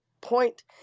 point